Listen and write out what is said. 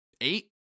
eight